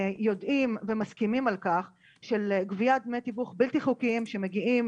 יודעים ומסכימים על כך של גביית דמי תיווך בלתי חוקיים שמגיעים